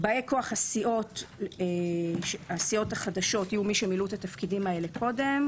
באי כוח הסיעות החדשות יהיו מי שמילאו את התפקידים האלה קודם.